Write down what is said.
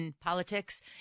politics